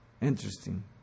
Interesting